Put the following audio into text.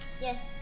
Yes